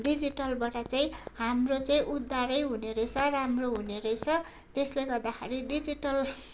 डिजिटलबाट चाहिँ हाम्रो चाहिँ उद्धारै हुनेरहेछ र राम्रो हुनेरहेछ त्यसले गर्दाखेरि डिजिटल